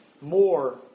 more